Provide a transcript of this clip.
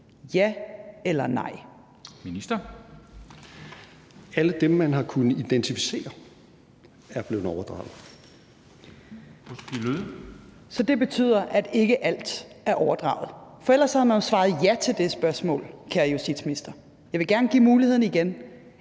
(Henrik Dam Kristensen): Fru Sophie Løhde. Kl. 13:06 Sophie Løhde (V): Så det betyder, at ikke alt er overdraget, for ellers havde man jo svaret ja til det spørgsmål, kære justitsminister. Jeg vil gerne give muligheden igen: